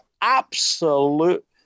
Absolute